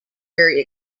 very